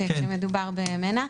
כמעט בלתי אפשרית כשמדובר במנע.